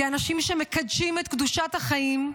כאנשים שמקדשים את קדושת החיים,